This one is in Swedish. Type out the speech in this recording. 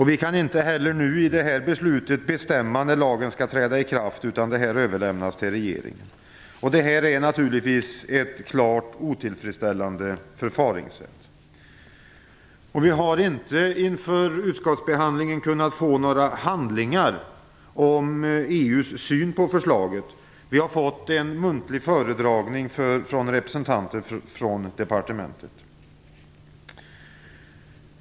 Vi kan inte heller i det här beslutet bestämma när lagen skall träda i kraft, utan detta överlämnas till regeringen. Det är naturligtvis ett klart otillfredsställande förfaringssätt. Vi har inte inför utskottsbehandlingen kunnat få några handlingar om EU:s syn på förslaget. Vi har fått en muntlig föredragning av representanter från departementet.